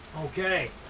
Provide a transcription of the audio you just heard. okay